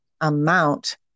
amount